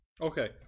Okay